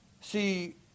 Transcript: See